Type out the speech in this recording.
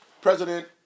President